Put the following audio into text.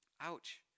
Ouch